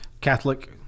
Catholic